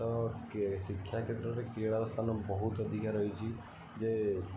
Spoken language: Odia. ତ କେ ଶିକ୍ଷା କ୍ଷେତ୍ରରେ କ୍ରୀଡ଼ାର ସ୍ଥାନ ବହୁତ ଅଧିକା ରହିଛି ଯେ